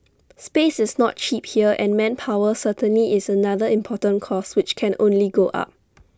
space is not cheap here and manpower certainly is another important cost which can only go up